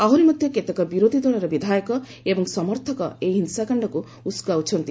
ଆହୁରି ମଧ୍ୟ କେତେକ ବିରୋଧୀଦଳର ବିଧାୟକ ଏବଂ ସମର୍ଥକ ଏହି ହିଂସାକାଣ୍ଡକୁ ଉସ୍କାଉଛନ୍ତି